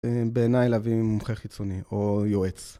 בעיניי להביא מומחה חיצוני או יועץ.